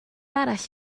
arall